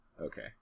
Okay